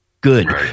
good